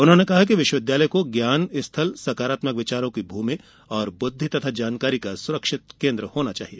उन्होंने कहा कि विश्वविद्यालय को ज्ञान स्थल सकारात्मक विचारों की भूमि और बुद्धि तथा जानकारी का सुरक्षित केन्द्र होना चाहिए